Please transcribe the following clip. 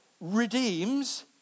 redeems